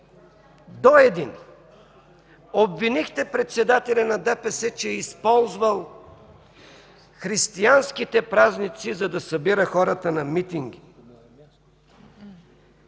до един обвинихте председателя на ДПС, че е използвал християнските празници, за да събира хората на митинги.